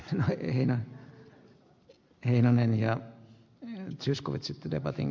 riihimäen heinonen ja miinin sisko itse tätä varten